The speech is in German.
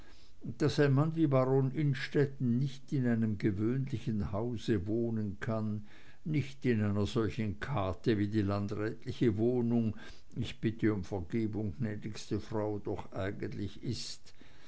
ein mann wie baron innstetten nicht in einem gewöhnlichen hause wohnen kann nicht in einer solchen kate wie die landrätliche wohnung ich bitte um vergebung gnädigste frau doch eigentlich ist